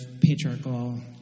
patriarchal